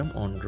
on